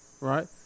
right